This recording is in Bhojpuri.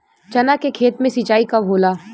चना के खेत मे सिंचाई कब होला?